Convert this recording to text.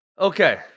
Okay